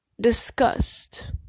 disgust